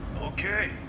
Okay